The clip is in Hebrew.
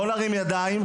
לא נרים ידיים,